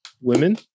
women